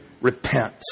repent